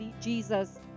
Jesus